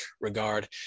regard